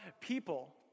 people